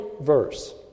verse